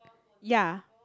ya